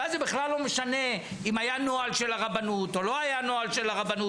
ואז זה בכלל לא משנה אם היה נוהל של הרבנות או לא היה נוהל של הרבנות,